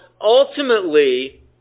ultimately